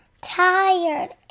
Tired